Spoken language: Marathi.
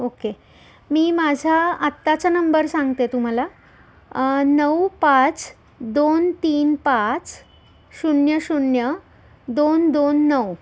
ओके मी माझा आत्ताचा नंबर सांगते तुम्हाला नऊ पाच दोन तीन पाच शून्य शून्य दोन दोन नऊ